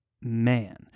man